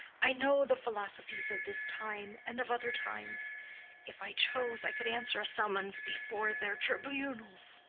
i know the philosophies of this time and of other times if i chose i could answer a summons before their tribunals.